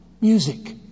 music